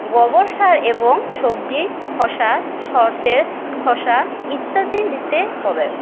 গোবর সার এবং সবজির খোসা সর্ষের খোসা ইত্যাদি দিতে হবে